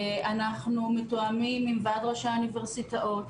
אנחנו מתואמים עם ועד ראשי האוניברסיטאות,